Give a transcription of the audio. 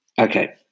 Okay